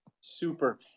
Super